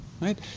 right